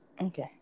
Okay